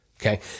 Okay